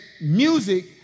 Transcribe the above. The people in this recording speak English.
music